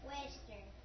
Western